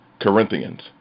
Corinthians